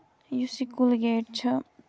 یُس یہِ کولگیٹ چھُ